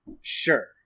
Sure